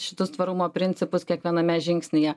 šitus tvarumo principus kiekviename žingsnyje